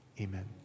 Amen